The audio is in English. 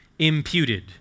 imputed